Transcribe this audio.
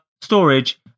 storage